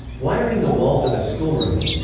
wiring the walls of a schoolroom and,